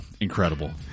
incredible